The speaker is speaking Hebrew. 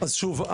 אז שוב,